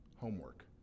homework